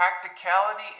practicality